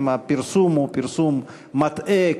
האם הפרסום הוא פרסום מטעה,